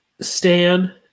Stan